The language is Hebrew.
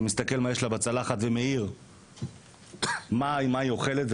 מסתכל מה יש לה בצלחת ומעיר על מה היא שאוכלת,